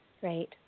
Great